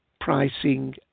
Pricing